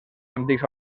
antics